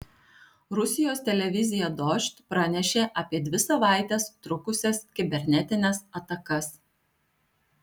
rusijos televizija dožd pranešė apie dvi savaites trukusias kibernetines atakas